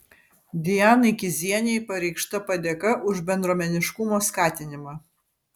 dianai kizienei pareikšta padėka už bendruomeniškumo skatinimą